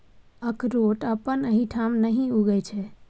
अकरोठ अपना एहिठाम नहि उगय छै